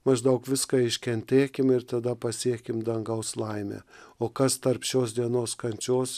maždaug viską iškentėkim ir tada pasiekim dangaus laimę o kas tarp šios dienos kančios